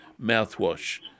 mouthwash